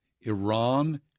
Iran